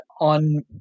on